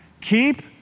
Keep